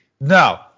No